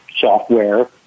software